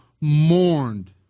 mourned